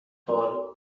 بار